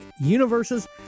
Universes